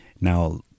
Now